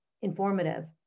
informative